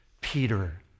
Peter